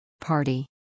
Party